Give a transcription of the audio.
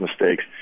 mistakes